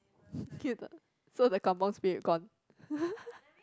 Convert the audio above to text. kill the so the kampung Spirit gone